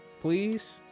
please